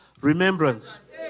remembrance